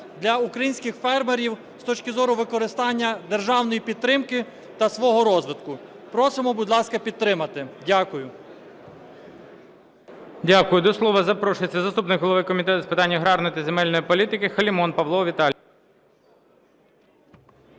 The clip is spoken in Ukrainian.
для українських фермерів з точки зору використання державної підтримки та свого розвитку. Просимо, будь ласка, підтримати. Дякую. ГОЛОВУЮЧИЙ. Дякую. До слова запрошується заступник голови Комітету з питань аграрної та земельної політики Халімон Павло Віталійович.